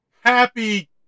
Happy